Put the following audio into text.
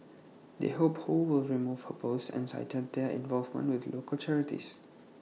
they hope ho will remove her post and cited their involvement with local charities